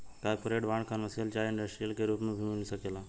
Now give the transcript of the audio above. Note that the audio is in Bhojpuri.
कॉरपोरेट बांड, कमर्शियल चाहे इंडस्ट्रियल के रूप में भी मिल सकेला